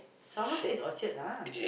Somerset is Orchard lah